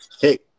Hey